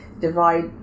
divide